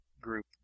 group